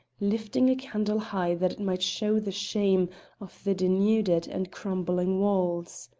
lifting a candle high that it might show the shame of the denuded and crumbling walls.